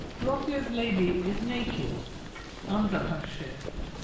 verrocchio's lady is naked under her shift,